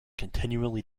continually